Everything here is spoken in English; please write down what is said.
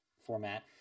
format